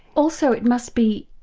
also it must be.